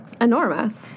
enormous